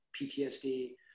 PTSD